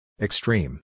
Extreme